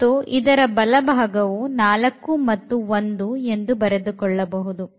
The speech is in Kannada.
ಮತ್ತು ಇದರ ಬಲಭಾಗವು 4 ಮತ್ತು 1 ಎಂದು ಬರೆದುಕೊಳ್ಳಬಹುದು